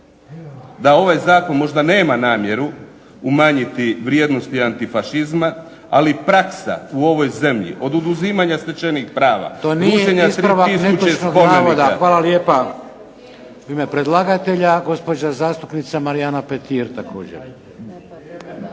da ovaj zakon možda nema namjeru umanjiti vrijednosti antifašizma, ali praksa u ovoj zemlji oduzimanja stečenih prava. **Šeks, Vladimir (HDZ)** To nije ispravak netočnog navoda. Hvala lijepa. U ime predlagatelja gospođa zastupnica Marijana Petir.